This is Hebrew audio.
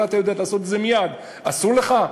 הביורוקרטיה יודעת לעשות את זה מייד: אסור לך.